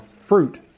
fruit